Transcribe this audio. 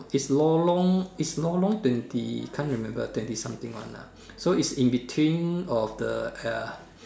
is Lorong is Lorong twenty can't remember twenty something one ah so is in between of the uh